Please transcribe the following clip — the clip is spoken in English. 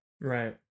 Right